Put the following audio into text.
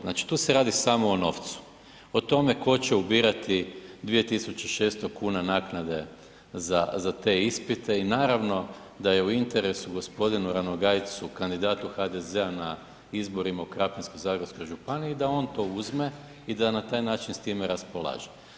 Znači tu se radi samo o novcu, o tome tko će ubirati 2600 kuna naknade za te ispite i naravno da je u interesu gospodinu Ranogajcu, kandidatu HDZ-a na izborima u Krapinsko-zagorskoj županiji da on to uzme i da na taj način s time raspolaže.